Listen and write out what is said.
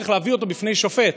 ואז צריך להביא אותו בפני שופט.